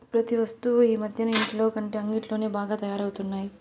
ప్రతి వస్తువు ఈ మధ్యన ఇంటిలోకంటే అంగిట్లోనే బాగా తయారవుతున్నాయి